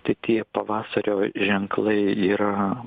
tai tie pavasario ženklai yra